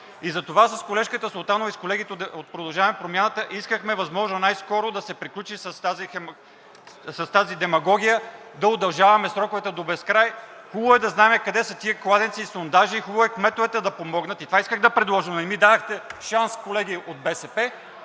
И затова с колежката Султанова и с колегите от „Продължаваме Промяната“ искахме възможно най скоро да се приключи с тази демагогия да удължаваме сроковете до безкрай. Хубаво е да знаем къде са тези кладенци и сондажи. Хубаво е кметовете да помогнат и това исках да предложа, но не ми дадохте шанс, колеги от БСП,